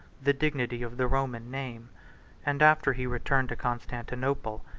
the dignity of the roman name and after he return to constantinople,